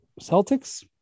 Celtics